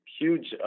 huge